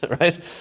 right